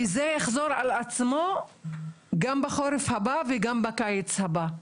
כי זה יחזור על עצמו גם בחורף הבא וגם בקיץ הבא.